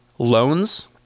Loans